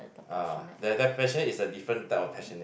ah there that passionate is the different type of passionate